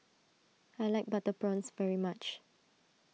I like Butter Prawns very much